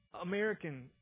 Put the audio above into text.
American